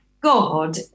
God